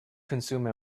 consume